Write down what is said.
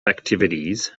activities